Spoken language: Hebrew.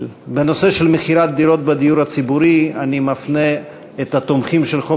בנושא של מכירת דירות בדיור הציבורי אני מפנה את התומכים בחוק